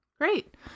Great